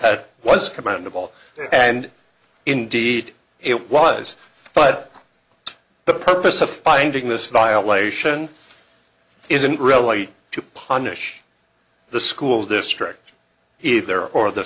that was commendable and indeed it was but the purpose of finding this violation isn't really to punish the school district either or the